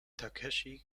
takeshi